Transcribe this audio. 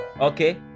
Okay